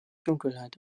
dunkelheit